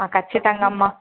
ఖచ్చితంగా అమ్మ